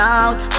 out